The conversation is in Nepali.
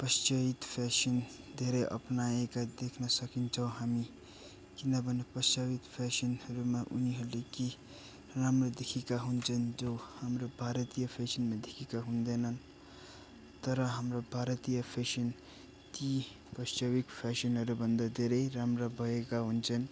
पाश्चात्य फेसन धेरै अप्नाएका देख्न सकिन्छौँ हामी किनभने पाश्चात्य फेसनहरूमा उनीहरूले केही राम्रा देखेका हुन्छन् जो हाम्रो भारतीय फेसनमा देखेका हुँदैनन् तर हाम्रो भारतीय फेसन ती पाश्चात्य फेसनहरूभन्दा धेरै राम्रा भएका हुन्छन्